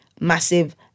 massive